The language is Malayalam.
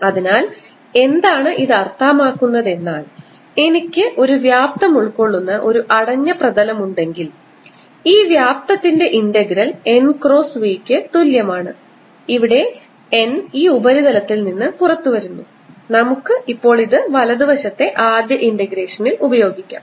അതിനാൽ ഇത് എന്താണ് അർത്ഥമാക്കുതെന്നാൽ എനിക്ക് ഒരു വ്യാപ്തo ഉൾക്കൊള്ളുന്ന ഒരു അടഞ്ഞ പ്രതലമുണ്ടെങ്കിൽ ഈ വ്യാപ്തത്തിൻറെ ഇന്റഗ്രൽ n ക്രോസ് v ക്ക് തുല്യമാണ് ഇവിടെ n ഈ ഉപരിതലത്തിൽ നിന്ന് പുറത്തുവരുന്നു നമുക്ക് ഇപ്പോൾ ഇത് വലതുവശത്തെ ആദ്യ ഇന്റഗ്രേഷനിൽ ഉപയോഗിക്കാം